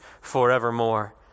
forevermore